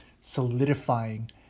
solidifying